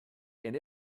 and